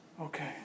Okay